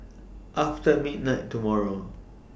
after midnight tomorrow